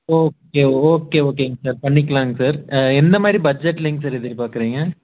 okay okay ஓகேங்க sir பண்ணிக்கலாங்க sir என்னமாதிரி பட்ஜெட்லிங்க சார் எதிர் பார்க்குறிங்க